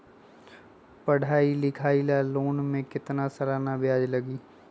पढाई लिखाई ला लोन के कितना सालाना ब्याज लगी?